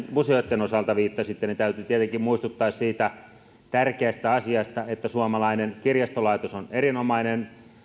museoitten osalta viittasitte täytyy tietenkin muistuttaa siitä tärkeästä asiasta että suomalainen kirjastolaitos on erinomainen